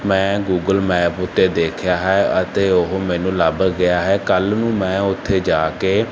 ਮੈਂ Google map ਉੱਤੇ ਦੇਖਿਆ ਹੈ ਅਤੇ ਉਹ ਮੈਨੂੰ ਲੱਭ ਗਿਆ ਹੈ ਕੱਲ੍ਹ ਨੂੰ ਮੈਂ ਉੱਥੇ ਜਾ ਕੇ